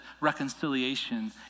reconciliation